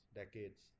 decades